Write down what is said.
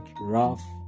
rough